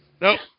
Nope